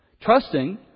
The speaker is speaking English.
Trusting